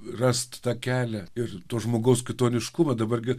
rast tą kelią ir to žmogaus kitoniškumą dabar gi